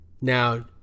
Now